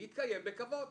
- להתקיים בכבוד.